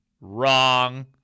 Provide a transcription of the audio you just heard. Wrong